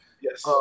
Yes